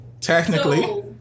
Technically